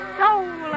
soul